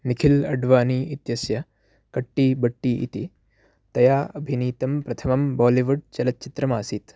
निखिल् अड्वानी इत्यस्य कट्टी बट्टी इति तया अभिनीतं प्रथमं बोलिवुड् चलच्चित्रमासीत्